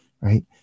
right